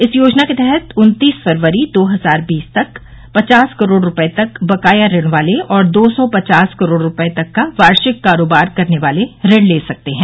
इस योजना के तहत उन्तीस फरवरी दो हजार बीस तक पचास करोड़ रुपए तक बकाया ऋण वाले और दो सौ पचास करोड़ रुपए तक का वार्षिक कारोबार करने वाले ऋण ले सकते हैं